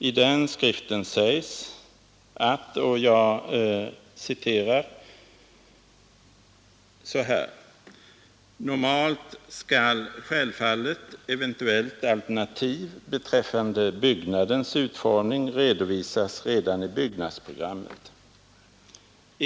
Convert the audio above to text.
I den skriften sägs: ”Normalt skall självfallet eventuellt alternativ beträffande byggnadens utformning redovisas redan i byggnadsprogrammet.